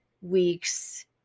week's